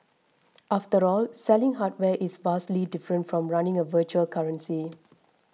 after all selling hardware is vastly different from running a virtual currency